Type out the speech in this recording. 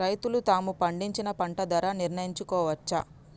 రైతులు తాము పండించిన పంట ధర నిర్ణయించుకోవచ్చా?